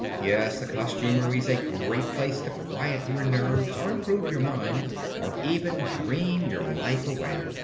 yes, the costumery's a great place to quiet your nerves or improve your mind or even dream your life away.